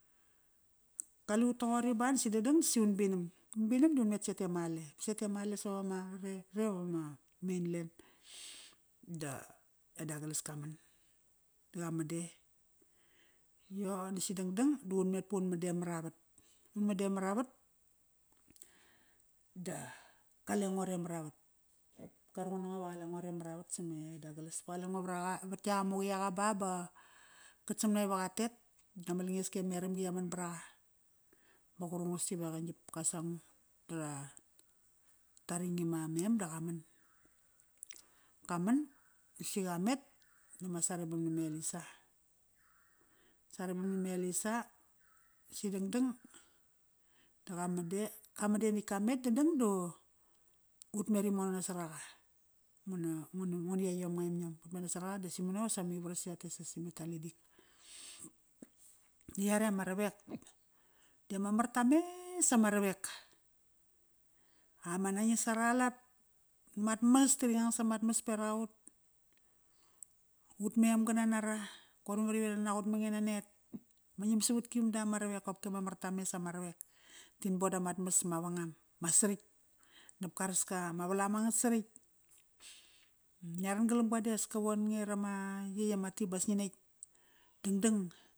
Kaliut toqori ba sa dangdang si un vinam. Un vinam da un met sete Male. Sete Male sa vama, re vama mainland. Da, e Douglas kaman, di qaman de. Yo natk si dangdang da un met ba da un man de mara vat. Un man de mara vat da, qale ngo re mara vat. Qa ruqun nango ve qale ngo re mara vat same Douglas. Ba qale ngo varaqa, vat iak ama quiqa ba, ba qat samna iva qatet dama langeski ameramgi ia man varaqa. Ma qurungas ive qa ngiap, qa sangu, da ra ringim a mem da qa man. Qa man, si qa met. Dama sarebam na me Elisha. Sarebam name Elisah. Si dangdang da qamande, qamande natk qamet dangdang da ut met imono nasaraqa. Nguna, nguna ia iom ngua em iom utmet nasaraqa da simono sava mivaras irates as ime Talidik. Di lare ama ravek, di ama mar ta mes ama ravek. Ama nangis ara lat. Mat mas di ri ngang samat mas beraqaut. Ut mem qana nara. Koir memar iva rina naqot mange nanet. Ma ngiam savatki vamala ma ravek qopki ama marta mes ama ravek. Tin bondamat mass mavangam, ma sratk, nap garaska, ma valam angat saritk. Ngia ran galamga dias qa vonge rama, yey ama tea bas ngi netk, dangdang